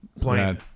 playing